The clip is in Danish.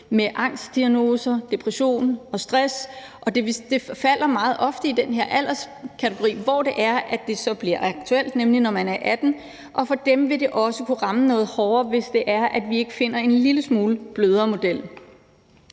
med angstdiagnoser, depression og stress, og det falder meget ofte i den alderskategori, hvor det så bliver aktuelt, nemlig når man er 18 år, og for dem vil det også kunne ramme noget hårdere, hvis vi ikke finder en model, der er